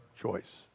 choice